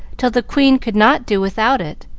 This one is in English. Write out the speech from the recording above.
till the queen could not do without it,